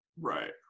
Right